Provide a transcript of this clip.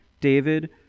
David